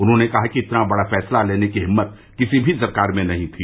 उन्होंने कहा कि इतना बड़ा फैसला लेने की हिम्मत किसी भी सरकार में नहीं थी